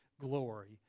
glory